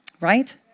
right